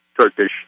Turkish